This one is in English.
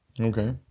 Okay